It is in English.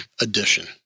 edition